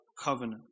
covenant